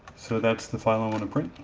so that's the final on a print